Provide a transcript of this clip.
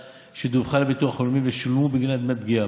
שדווחה לביטוח הלאומי ושולמו בגינה דמי פגיעה.